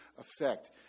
effect